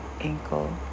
ankle